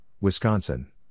Wisconsin